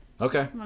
okay